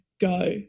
go